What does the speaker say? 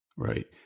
Right